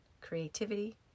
Creativity